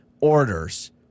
orders